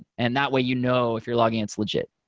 and that way you know if you're logging, it's legit.